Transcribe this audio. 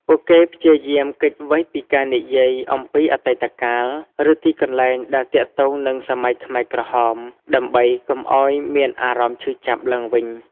ពួកគេព្យាយាមគេចវេះពីការនិយាយអំពីអតីតកាល ឬទីកន្លែងដែលទាក់ទងនឹងសម័យខ្មែរក្រហម ដើម្បីកុំឲ្យមានអារម្មណ៍ឈឺចាប់ឡើងវិញ។